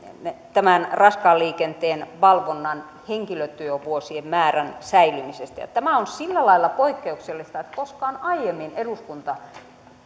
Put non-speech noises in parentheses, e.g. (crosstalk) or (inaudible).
raskaan liikenteen valvonnan henkilötyövuosien määrän säilymisestä tämä on sillä lailla poikkeuksellista että koskaan aiemmin eduskunta (unintelligible)